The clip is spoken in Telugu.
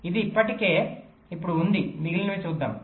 ఇది ఇప్పటికే ఇప్పుడు ఉంది మిగిలినవి చూద్దాం